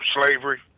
slavery